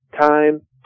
Time